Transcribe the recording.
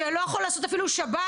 שלא יכול אפילו לעשות שבת?